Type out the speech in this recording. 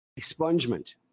expungement